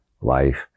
life